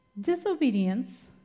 Disobedience